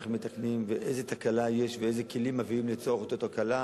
איך מתקנים ואיזו תקלה יש ואיזה כלים מביאים לצורך תיקון אותה תקלה.